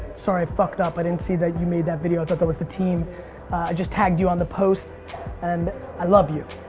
sorry, i fucked up, i didn't see that you made that video. i thought that was the team. i just tagged you on the post and i love you.